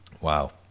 Wow